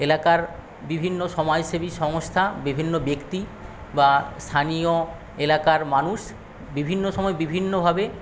এলাকার বিভিন্ন সমাজসেবী সংস্থা বিভিন্ন ব্যক্তি বা স্থানীয় এলাকার মানুষ বিভিন্ন সময়ে বিভিন্নভাবে